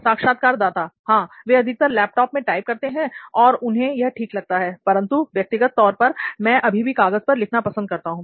साक्षात्कारदाता हां वे अधिकतर लैपटॉप में टाइप करते हैं और उन्हें यह ठीक लगता है परंतु व्यक्तिगत तौर पर मैं अभी भी कागज़ पर लिखना पसंद करता हूं